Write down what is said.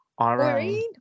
Irene